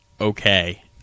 okay